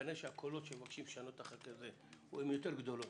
כנראה שהקולות שמבקשים לשנות את החוק הזה יותר גדולים.